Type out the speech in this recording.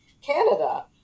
Canada